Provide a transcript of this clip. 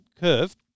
curve